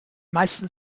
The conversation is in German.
meisten